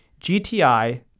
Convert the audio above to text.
GTI